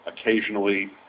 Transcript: occasionally